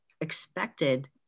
expected